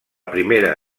primera